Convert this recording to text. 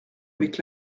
avec